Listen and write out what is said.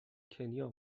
کنیا